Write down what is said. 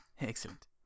Excellent